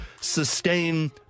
sustain